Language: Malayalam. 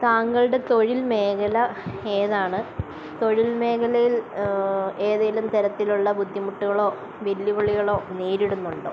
താങ്കളുടെ തൊഴിൽ മേഖല ഏതാണ് തൊഴിൽ മേഖലയിൽ ഏതേലും തരത്തിലുള്ള ബുദ്ധിമുട്ടുകളോ വെല്ലുവിളികളോ നേരിടുന്നുണ്ടോ